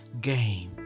Game